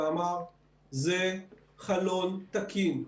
ואמר זה חלון תקין.